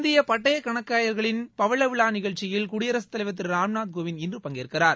இந்திய பட்டய கணக்காளர் சங்கத்தின் பவள விழா நிகழ்ச்சியில் குடியரசுத் தலைவர் திரு ராம்நாத் கோவிந்த் இன்று பங்கேற்கிறார்